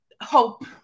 hope